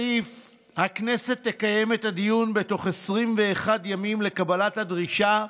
לפי הסעיף הכנסת תקיים את הדיונים בתוך 21 ימים לקבלת הדרישה,